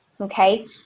okay